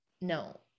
no